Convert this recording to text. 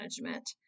management